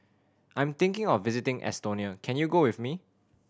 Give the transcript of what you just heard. I'm thinking of visiting Estonia can you go with me